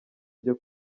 byo